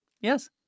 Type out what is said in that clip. Yes